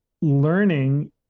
learning